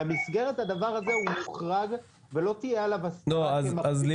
במסגרת הדבר הזה הוא מוחרג ולא תהיה עליו הסדרה --- ליאור,